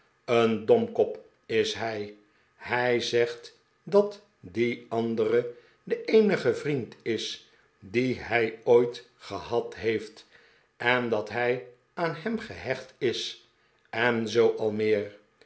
een domkop is hij hij zegt dat die andere de eenige vriend is dien hij ooit gehad heeft en dat hij aan hem gehecht is en zoo al meer